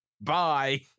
bye